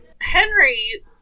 Henry